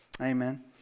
Amen